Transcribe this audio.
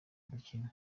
dukine